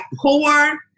poor